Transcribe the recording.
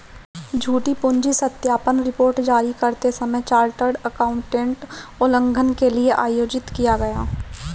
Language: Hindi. झूठी पूंजी सत्यापन रिपोर्ट जारी करते समय चार्टर्ड एकाउंटेंट उल्लंघन के लिए आयोजित किया गया